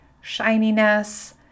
shininess